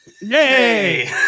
Yay